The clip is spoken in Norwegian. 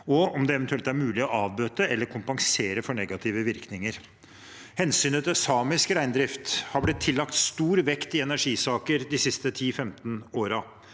eventuelt er mulig å avbøte eller kompensere for negative virkninger. Hensynet til samisk reindrift har blitt tillagt stor vekt i energisaker de siste 10–15 årene.